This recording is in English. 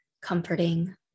comforting